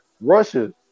Russia